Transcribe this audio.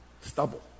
stubble